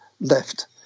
left